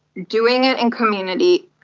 doing it in community,